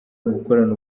gukorana